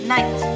Night